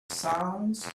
sounds